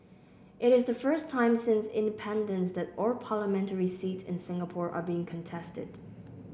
it is the first time since independence that all parliamentary seats in Singapore are being contested